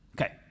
Okay